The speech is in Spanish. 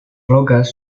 rocas